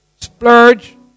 splurge